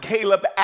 Caleb